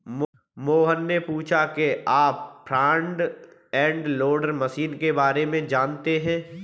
मोहन ने पूछा कि क्या आप फ्रंट एंड लोडर मशीन के बारे में जानते हैं?